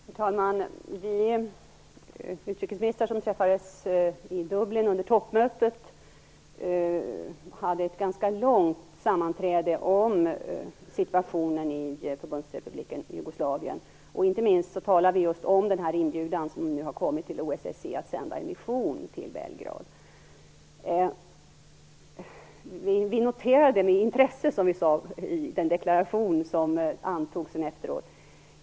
Herr talman! Vi utrikesministrar, som träffades i Dublin under toppmötet, hade ett ganska långt sammanträde om situationen i Förbundsrepubliken Jugoslavien. Inte minst talade vi just om den inbjudan som nu har kommit till OSSE att sända en mission till Belgrad. Vi noterar det med intresse, som vi sade i den deklaration som antogs efteråt.